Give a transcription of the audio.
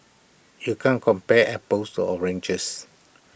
you can't compare apples to oranges